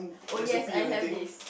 oh yes I have this